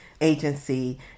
agency